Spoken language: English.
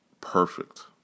perfect